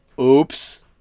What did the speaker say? oops